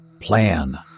Plan